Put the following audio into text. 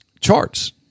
charts